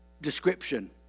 description